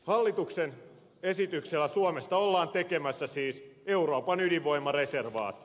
hallituksen esityksellä suomesta ollaan tekemässä euroopan ydinvoimareservaatti